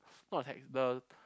not attack the